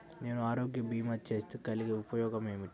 నేను ఆరోగ్య భీమా చేస్తే కలిగే ఉపయోగమేమిటీ?